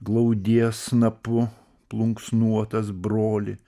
glaudies snapu plunksnuotas broli